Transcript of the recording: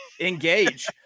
engage